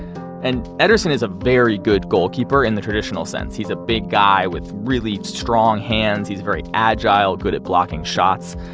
and ederson is a very good goalkeeper in the traditional sense, he's a big guy with really strong hands, he's very agile, good at blocking shots.